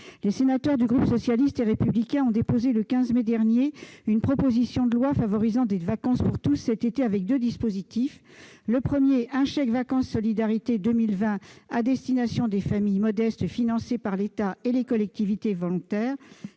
Les sénateurs du groupe socialiste et républicain ont déposé, le 15 mai dernier, une proposition de loi favorisant des vacances pour tous cet été, avec deux dispositifs : un chèque-vacances « Solidarité 2020 » à destination des familles modestes, financé par l'État et les collectivités territoriales